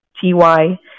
T-Y